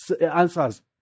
answers